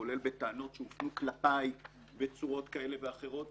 כולל בטענות שהופנו כלפי בצורות כאלה ואחרות,